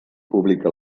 publica